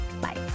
bye